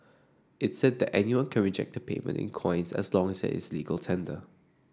it said that anyone can reject a payment in coins as long as is legal tender